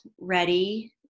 ready